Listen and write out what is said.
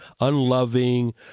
unloving